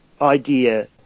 idea